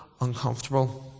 Uncomfortable